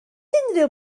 unrhyw